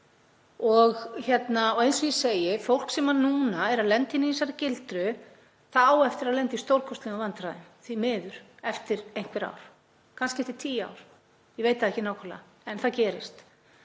gullgæsin þeirra. Fólk sem er núna að lenda í þessari gildru á eftir að lenda í stórkostlegum vandræðum, því miður, eftir einhver ár, kannski eftir tíu ár, ég veit það ekki nákvæmlega. En það gerist